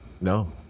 No